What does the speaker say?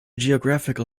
geographical